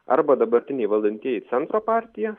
arba dabartiniai valdantieji centro partija